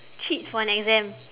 cheat for an exam